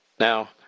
Now